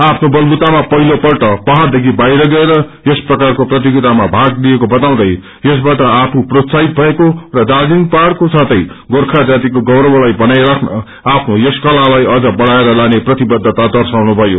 आफ्नो बतबुतामा पहिलो पस्ट पहाङ देखि बाहिर गएर यस प्रकारको प्रतियोगितामा भाग लिएको बताउँदै यसबाट प्रोत्साहित भएको र दार्जीलिङ पहाङको साथै गोर्खा जातिको गौरवलाई बनाई राख्न आफ्नो यस कलालाई अझ बढ़ाएर लाने प्रतिवखता दर्शाउनु भयो